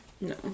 No